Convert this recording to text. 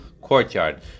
courtyard